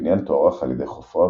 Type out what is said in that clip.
הבניין תוארך על ידי חופריו